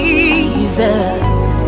Jesus